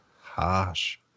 Harsh